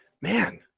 man